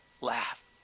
laugh